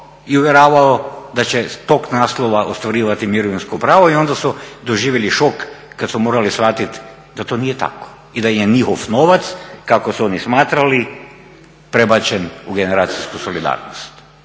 i uvjeravao da će s tog naslova ostvarivati mirovinsko pravo? I onda su doživjeli šok kad su morali shvatit da to nije tako i da ih je njihov novac, kako su oni smatrali prebačen u generacijsku solidarnost.